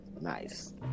nice